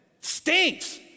stinks